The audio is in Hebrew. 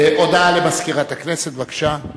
הודעה למזכירת הכנסת, בבקשה.